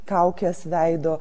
kaukes veido